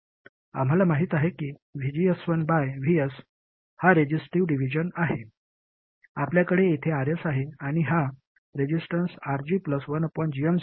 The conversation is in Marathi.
आम्हाला माहित आहे की VGS1 बाय Vs हा रेजिस्टिव्ह डिव्हिजन आहे आपल्याकडे येथे Rs आहे आणि हा रेसिस्टन्स RG 1gm0